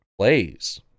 plays